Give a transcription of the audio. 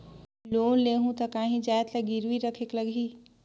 Loan लेहूं ता काहीं जाएत ला गिरवी रखेक लगही?